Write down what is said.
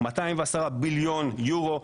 210 ביליון אירו,